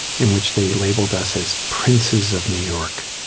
in which they labeled us as princes of new york.